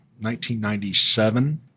1997